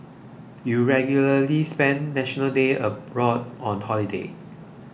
you regularly spend National Day abroad on holiday